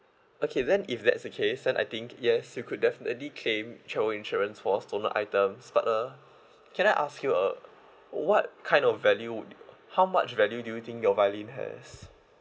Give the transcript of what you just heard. okay then if that's the case then I think yes you could definitely claim travel insurance for stolen items but uh can I ask you uh what kind of value would how much value do you think your violin has